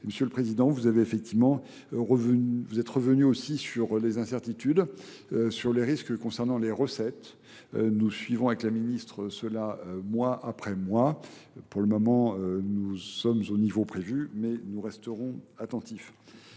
Monsieur le Président, vous êtes revenu aussi sur les incertitudes, sur les risques concernant les recettes, Nous suivons avec la ministre cela mois après mois. Pour le moment, nous sommes au niveau prévu, mais nous resterons attentifs.